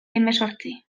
hemezortzi